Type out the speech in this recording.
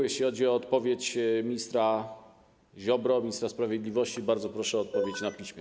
Jeśli chodzi o odpowiedź ministra Ziobro, ministra sprawiedliwości, bardzo proszę o odpowiedź na piśmie.